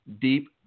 Deep